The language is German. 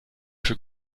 für